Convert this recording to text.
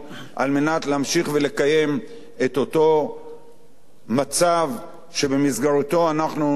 להמשיך לקיים את אותו מצב שבמסגרתו אנחנו נדבר,